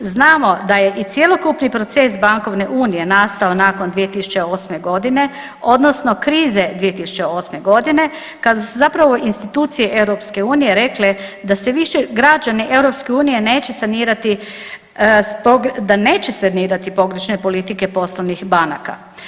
Znamo da je i cjelokupni proces bankovne unije nastao nakon 2008. godine odnosno krize 2008. godine kada su zapravo institucije EU rekle da se više građani EU neće sanirati s tog, da neće sanirati pogrešne politike poslovnih banaka.